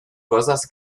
cosas